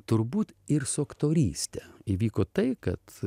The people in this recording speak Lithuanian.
turbūt ir su aktoryste įvyko tai kad